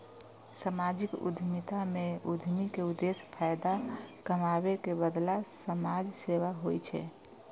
सामाजिक उद्यमिता मे उद्यमी के उद्देश्य फायदा कमाबै के बदला समाज सेवा होइ छै